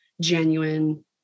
genuine